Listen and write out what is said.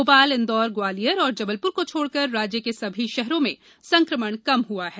भोपाल इंदौर ग्वालियर और जबलपुर को छोड़ कर राज्य के सभी शहरों में संक्रमण कम हुआ है